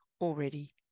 already